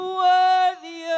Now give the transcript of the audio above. worthy